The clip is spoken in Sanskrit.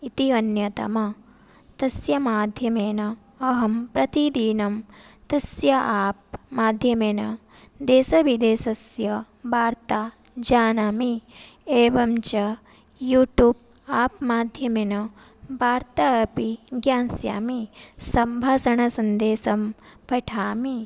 इति अन्यतमा तस्य माध्यमेन अहं प्रतिदिनं तस्य आप् माध्यमेन देशविदेशस्य वार्तां जानामि एवं च यूटूब् आप् माध्यमेन वार्ताम् अपि ज्ञास्यामि सम्भाषणसन्देशं पठामि